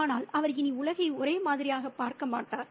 ஆனால் அவர் இனி உலகை ஒரே மாதிரியாக பார்க்க மாட்டார்